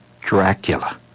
Dracula